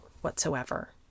whatsoever